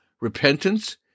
repentance